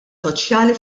soċjali